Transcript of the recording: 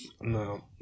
no